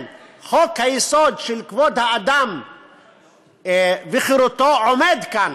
חוק-יסוד: כבוד האדם וחירותו עומד כאן,